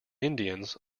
indians